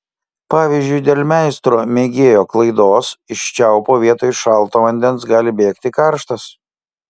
pavyzdžiui dėl meistro mėgėjo klaidos iš čiaupo vietoj šalto vandens gali bėgti karštas